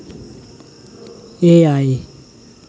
ᱮᱭᱟᱭ